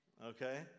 Okay